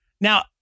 now